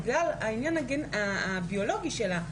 בגלל העניין הביולוגי שלה,